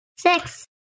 six